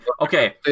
okay